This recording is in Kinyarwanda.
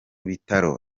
bitaro